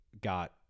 got